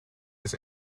his